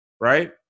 right